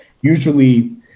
usually